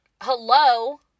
hello